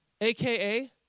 AKA